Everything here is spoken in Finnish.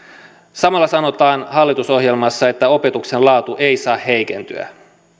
samalla sanotaan hallitusohjelmassa että opetuksen laatu ei saa heikentyä